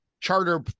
charter